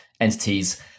entities